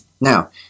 Now